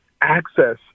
access